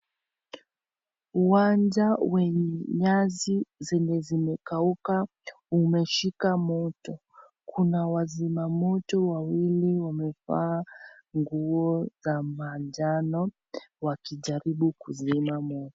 Uwanja wenye nyasi zenye zimekauka umeshika moto kuna wazima moto wawili wamevaa nguo za manjano wakijaribu kuzima moto.